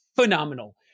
phenomenal